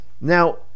now